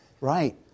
Right